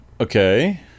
Okay